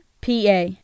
PA